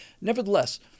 Nevertheless